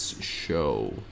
show